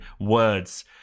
words